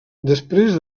després